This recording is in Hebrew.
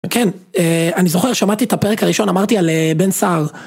כן אני זוכר שמעתי את הפרק הראשון אמרתי על בן שהר.